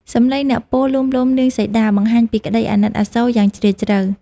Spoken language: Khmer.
សំឡេងអ្នកពោលលួងលោមនាងសីតា បង្ហាញពីក្ដីអាណិតអាសូរយ៉ាងជ្រាលជ្រៅ។